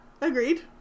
Agreed